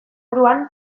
buruan